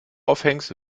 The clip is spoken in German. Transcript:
aufhängst